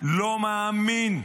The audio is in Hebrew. לא מאמין,